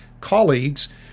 colleagues